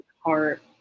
heart